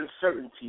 uncertainty